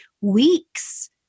weeks